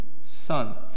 son